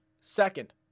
second